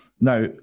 Now